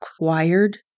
acquired